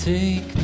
Take